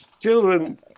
Children